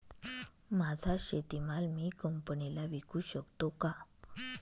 माझा शेतीमाल मी कंपनीला विकू शकतो का?